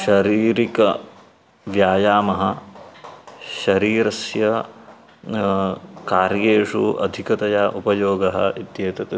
शारीरिकः व्यायामः शरीरस्य कार्येषु अधिकतया उपयोगः इत्येतत्